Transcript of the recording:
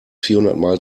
vierhundertmal